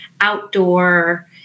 outdoor